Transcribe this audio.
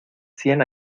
cien